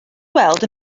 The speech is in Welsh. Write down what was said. weld